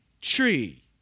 tree